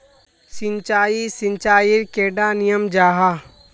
सिंचाई सिंचाईर कैडा नियम जाहा?